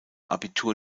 abitur